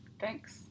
Thanks